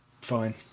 Fine